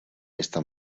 esta